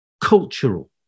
cultural